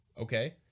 okay